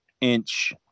inch